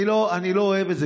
אני לא אוהב את זה.